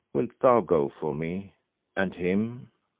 wilt thou go for me and him?